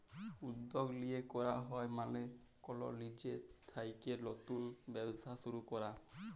উদ্যগ লিয়ে ক্যরা মালে কল লিজে থ্যাইকে লতুল ব্যবসা শুরু ক্যরা